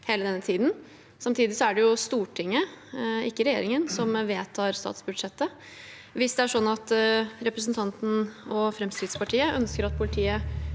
Samtidig er det Stortinget, ikke regjeringen, som vedtar statsbudsjettet. Hvis det er sånn at representanten og Fremskrittspartiet ønsker at politiet